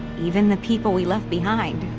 even the people we left behind.